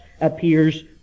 appears